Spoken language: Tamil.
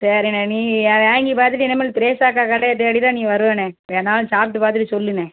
சரிண்ண நீ வாங்கி பார்த்துட்டு இனிமேல் க்ரேஸ் அக்கா கடையை தேடி தான் நீ வருவேண்ணே வேணாலும் சாப்பிட்டு பார்த்துட்டு சொல்லுண்ணே